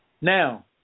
Now